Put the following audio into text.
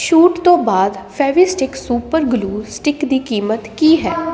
ਛੂਟ ਤੋਂ ਬਾਅਦ ਫੇਵਿਸਟਿਕ ਸੁਪਰ ਗਲੂ ਸਟਿਕ ਦੀ ਕੀਮਤ ਕੀ ਹੈ